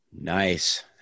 nice